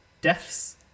deaths